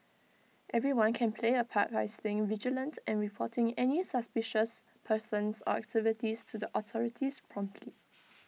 everyone can play A part by staying vigilant and reporting any suspicious persons or activities to the authorities promptly